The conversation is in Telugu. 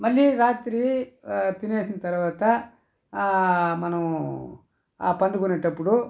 మళ్ళీ రాత్రి తినేసిన తర్వాత మనం పండుకునేటప్పుడు